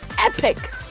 epic